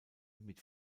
mit